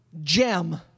gem